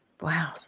wow